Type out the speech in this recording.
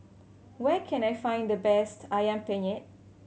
where can I find the best Ayam Penyet